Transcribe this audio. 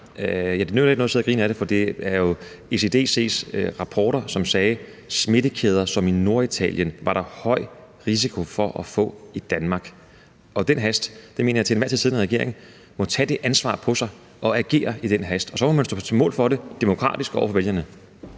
ikke noget at sidde og grine af det, for det var jo ECDC's rapporter, som sagde, at smittekæder som i Norditalien var der høj risiko for at få i Danmark. Den hast mener jeg at en til enhver tid siddende regering må tage det ansvar på sig at agere i forhold til, og så må man stå på mål for det demokratisk over for vælgerne.